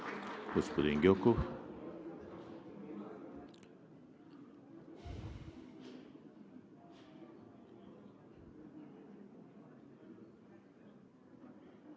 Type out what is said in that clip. Господин Гьоков.